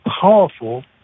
powerful